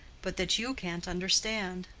but that you can't understand.